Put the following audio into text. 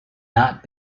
not